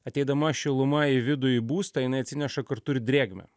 ateidama šiluma į vidų į būstą jinai atsineša kartu ir drėgmę